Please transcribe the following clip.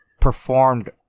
performed